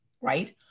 right